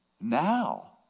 now